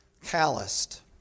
calloused